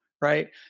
right